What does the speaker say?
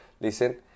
listen